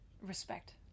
respect